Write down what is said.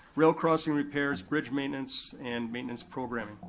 rail crossing repairs, bridge maintenance, and maintenance programming.